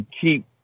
keep